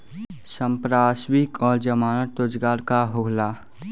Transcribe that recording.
संपार्श्विक और जमानत रोजगार का होला?